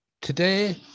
today